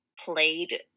played